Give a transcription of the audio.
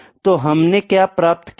तो हमने क्या प्राप्त किया है